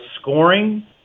scoring